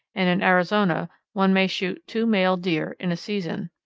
and in arizona one may shoot two male deer in a season.